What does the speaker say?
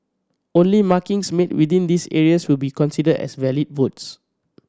only markings made within these areas will be considered as valid votes